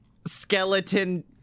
skeleton